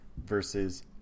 Versus